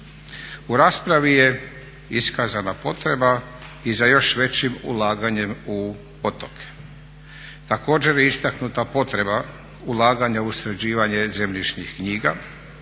U raspravi je iskazana potreba i za još većim ulaganjem u otoke. Također je istaknuta potreba ulaganja u sređivanje zemljišnih knjiga